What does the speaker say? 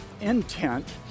intent